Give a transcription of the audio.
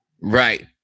Right